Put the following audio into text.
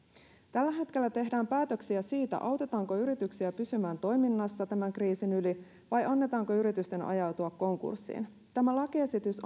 tällä hetkellä tehdään päätöksiä siitä autetaanko yrityksiä pysymään toiminnassa tämän kriisin yli vai annetaanko yritysten ajautua konkurssiin tämä lakiesitys